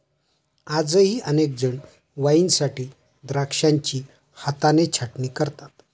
आजही अनेक जण वाईनसाठी द्राक्षांची हाताने छाटणी करतात